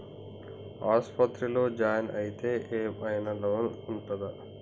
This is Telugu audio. ఆస్పత్రి లో జాయిన్ అయితే ఏం ఐనా లోన్ ఉంటదా?